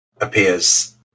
appears